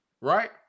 Right